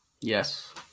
Yes